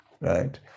right